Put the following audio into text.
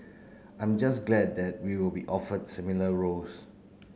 I am just glad that we will be offered similar roles